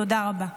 תודה רבה.